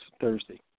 Thursday